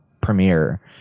Premiere